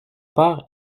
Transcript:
part